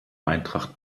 eintracht